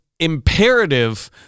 imperative